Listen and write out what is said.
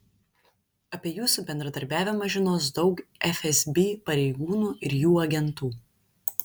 apie jūsų bendradarbiavimą žinos daug fsb pareigūnų ir jų agentų